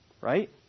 right